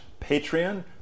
Patreon